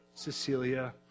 Cecilia